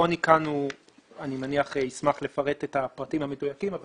אני מניח שחוני קבלו ישמח לפרט את הפרטים המדויקים,